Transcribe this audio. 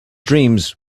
dreams